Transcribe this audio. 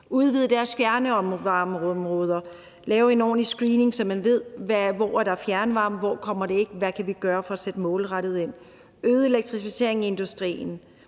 udvide deres fjernvarmeområder, lave en ordentlig screening, så man ved, hvor der er fjernvarme, og hvor den ikke kommer, og hvad vi kan gøre for at sætte målrettet ind, øget elektrificering i industrien.